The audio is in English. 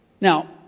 Now